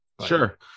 sure